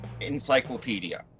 encyclopedia